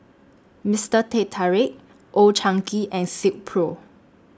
Mister Teh Tarik Old Chang Kee and Silkpro